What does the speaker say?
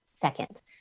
second